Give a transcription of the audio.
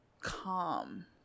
calm